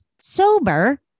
sober